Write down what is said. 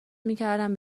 میکردم